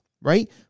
right